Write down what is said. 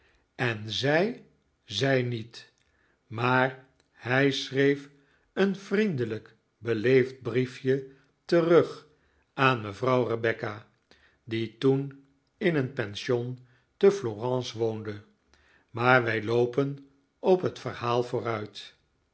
en zij zij niet maar hij schreef een vriendelijk beleefd briefje terug aan mevrouw rebecca die toen in een pension te florence woonde maar wij loopen op het verhaal vooruit